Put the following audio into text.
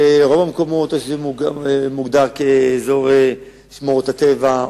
ברוב המקומות או שזה מוגדר כאזור שמורות הטבע,